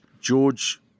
George